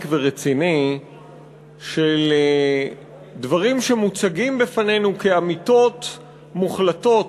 ורציני של דברים שמוצגים בפנינו כאמיתות מוחלטות